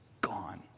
gone